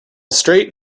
straight